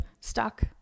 stuck